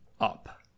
up